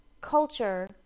culture